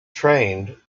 trained